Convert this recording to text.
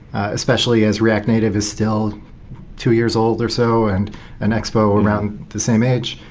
especially as react native is still two years old or so and and expo around the same age,